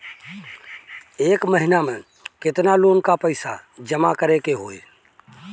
एक महिना मे केतना लोन क पईसा जमा करे क होइ?